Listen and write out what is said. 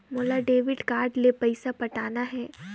मोला debit card ले पइसा पटाना हे?